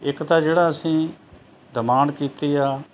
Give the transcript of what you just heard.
ਇੱਕ ਤਾਂ ਜਿਹੜਾ ਅਸੀਂ ਡਿਮਾਂਡ ਕੀਤੀ ਹੈ